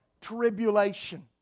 tribulation